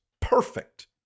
Perfect